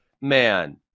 Man